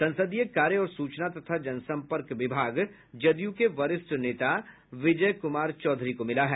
संसदीय कार्य और सूचना तथा जनसम्पर्क विभाग जदयू के वरिष्ठ नेता विजय कुमार चौधरी को मिला है